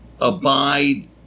abide